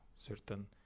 certain